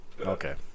Okay